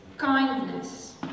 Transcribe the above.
Kindness